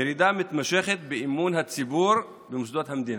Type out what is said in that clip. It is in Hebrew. ירידה מתמשכת באמון הציבור במוסדות המדינה.